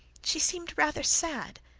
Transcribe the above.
she seemed rather sad,